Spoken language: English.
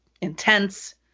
intense